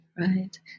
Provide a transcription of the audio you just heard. Right